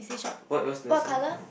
what else the sign